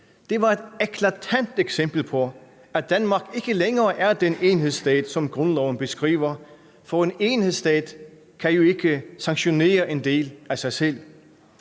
Det var et eklatant eksempel på, at Danmark ikke længere er den enhedsstat, som grundloven beskriver, for en enhedsstat kan jo ikke sanktionere en del af sig selv.